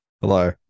hello